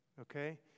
okay